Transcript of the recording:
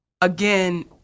again